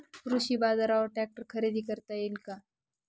कृषी बाजारवर ट्रॅक्टर खरेदी करता येईल का?